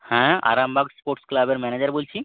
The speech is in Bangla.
হ্যাঁ আরামবাগ স্পোর্টস ক্লাবের ম্যানেজার বলছি